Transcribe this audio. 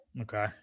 Okay